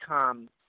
come